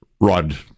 Rod